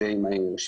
די מהיר,